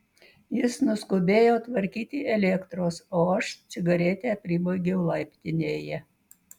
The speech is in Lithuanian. jis nuskubėjo tvarkyti elektros o aš cigaretę pribaigiau laiptinėje